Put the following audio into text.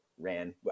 ran